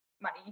money